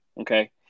Okay